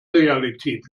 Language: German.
realität